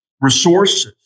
resources